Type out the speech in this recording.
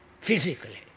physically